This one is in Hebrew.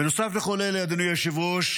בנוסף לכל אלה, אדוני היושב-ראש,